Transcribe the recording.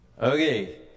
Okay